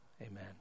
Amen